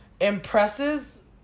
impresses